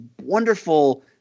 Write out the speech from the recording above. wonderful